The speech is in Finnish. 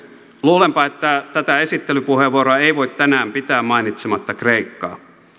luulenpa että tätä esittelypuheenvuoroa ei voi tänään käyttää mainitsematta kreikkaa